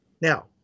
Now